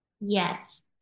Yes